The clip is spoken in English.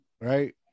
right